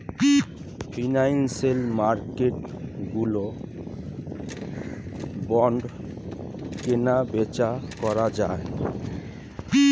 financial মার্কেটগুলোয় bond কেনাবেচা করা যায়